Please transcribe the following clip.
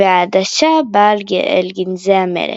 והעדשה באה אל גנזי המלך.